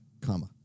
comma